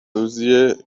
روزیه